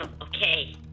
Okay